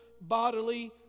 bodily